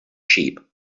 sheep